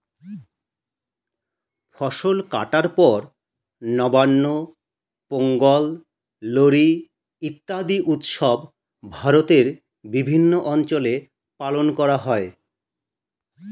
ফসল কাটার পর নবান্ন, পোঙ্গল, লোরী ইত্যাদি উৎসব ভারতের বিভিন্ন অঞ্চলে পালন করা হয়